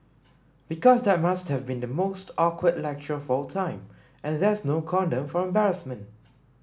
because that must have been the most awkward lecture of all time and there's no condom for embarrassment